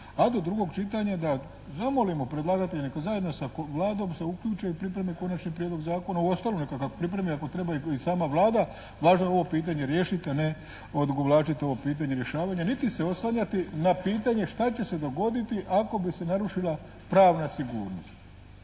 a do drugog čitanja zamolimo predlagatelje neka zajedno sa Vladom se uključe u pripreme konačni prijedlog zakona. Uostalom neka ga pripremi ako treba i sama Vlada. Važno je ovo pitanje riješiti, a ne odugovlačiti ovo pitanje rješavanja, niti se oslanjati na pitanje šta će se dogoditi ako bi se narušila pravna sigurnost.